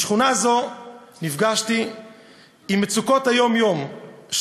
בשכונה זו נפגשתי עם מצוקות היום-יום של